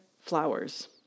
flowers